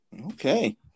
Okay